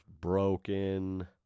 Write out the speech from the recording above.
broken